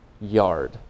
yard